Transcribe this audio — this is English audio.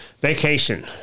vacation